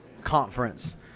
conference